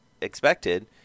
expected